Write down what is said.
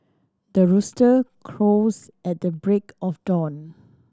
the rooster crows at the break of dawn